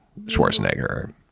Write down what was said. Schwarzenegger